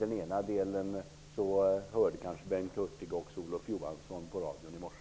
Beträffande den ena delen hörde kanske Bengt Hurtig vad Olof Johansson sade på radion i morse.